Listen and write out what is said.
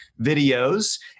videos